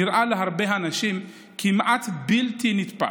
נראה להרבה אנשים כמעט בלתי נתפס,